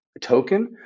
token